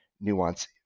nuance